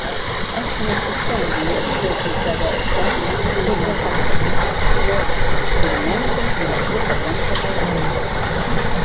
aš nesistengiu ieškoti savęs ten kur nepamečiau nors eksperimentams esu pakankamai atviras